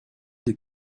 des